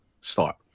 start